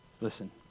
Listen